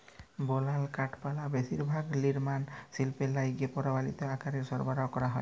বলাল কাঠপাটা বেশিরভাগ লিরমাল শিল্পে লাইগে পরমালিত আকারে সরবরাহ ক্যরা হ্যয়